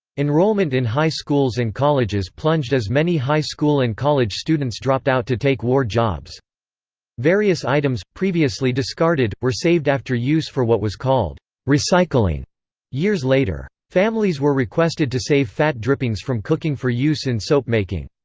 enrollment in high schools and colleges plunged as many high school and college students dropped out to take war jobs various items, previously discarded, were saved after use for what was called recycling years later. families were requested to save fat drippings from cooking for use in soap making.